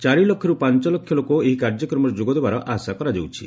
ଚାରିଲକ୍ଷରୁ ପାଞ୍ଚଲକ୍ଷ ଲୋକ ଏହି କାର୍ଯ୍ୟକ୍ରମରେ ଯୋଗଦେବାର ଆଶା କରାଯାଉଛି